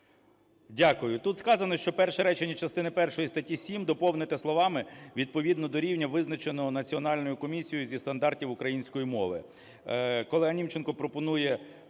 Дякую. Тут сказано, що перше речення частини першої статті 7 доповнити словами "відповідно до рівня, визначеного Національною комісією зі стандартів української мови".